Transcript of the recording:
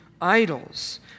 idols